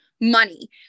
money